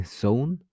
zone